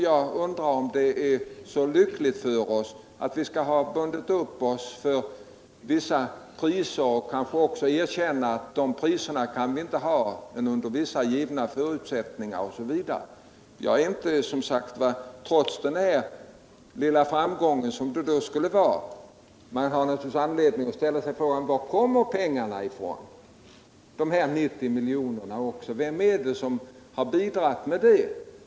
Jag undrar om det är så lyckligt för oss att vi bundit oss för vissa priser och samtidigt erkänt att de priserna inte kan gälla annat än under viSSa givna förutsättningar. Trots den lilla framgång det skulle kunna innebära har man anledning ställa frågan: Varifrån kommer de 90 milj.kr.? Vem har bidragit med dem?